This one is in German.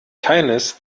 keines